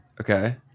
Okay